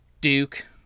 Duke